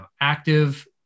active